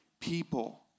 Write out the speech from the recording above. people